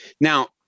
Now